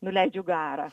nuleidžiu garą